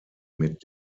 mit